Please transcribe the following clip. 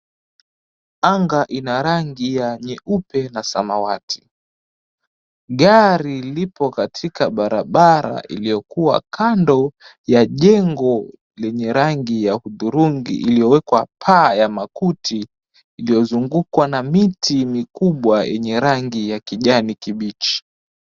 Anga ina rangi nyeupe na samawati. Gari lipo katika barabara iliyokuwa kando ya jengo lenye rangi ya hudhurungi iliyowekwa paa ya makuti iliyozungukwa na miti mikubwa yenye rangi ya kijani kibichi.